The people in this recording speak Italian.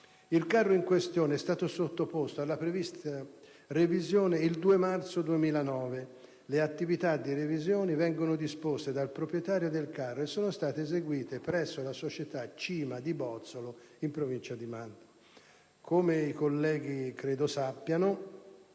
Il carro in questione è stato sottoposto alla prevista revisione il 2 marzo 2009. Le attività di revisione vengono disposte dal proprietario del carro e sono state eseguite presso la società Cima di Bozzolo, in provincia di Mantova. Come i colleghi credo sappiano,